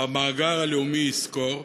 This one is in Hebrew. במאגר הלאומי "יזכור",